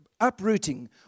uprooting